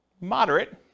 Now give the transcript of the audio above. Moderate